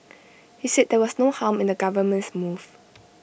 he said there was no harm in the government's move